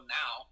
now